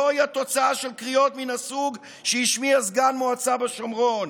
זוהי התוצאה של קריאות מן הסוג שהשמיע סגן מועצה בשומרון,